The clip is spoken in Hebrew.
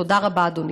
תודה רבה, אדוני.